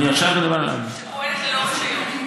אני עכשיו מדבר על 4. שפועלת ללא רישיון.